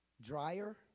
Dryer